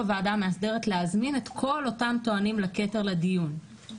הוועדה המאסדרת להזמין את כל אותם טוענים לכתר לדיון.